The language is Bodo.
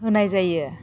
होनाय जायो